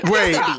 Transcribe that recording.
Wait